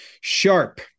sharp